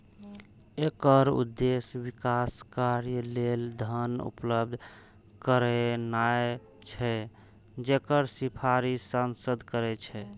एकर उद्देश्य विकास कार्य लेल धन उपलब्ध करेनाय छै, जकर सिफारिश सांसद करै छै